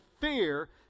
fear